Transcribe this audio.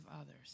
others